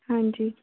ਹਾਂਜੀ